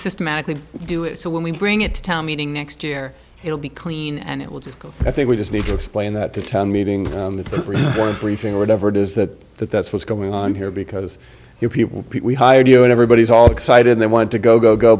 systematically do it so when we bring it to town meeting next year it'll be clean and it will just go i think we just need to explain that the town meeting one briefing or whatever it is that that that's what's going on here because your people hired you and everybody's all excited they want to go go go